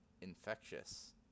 infectious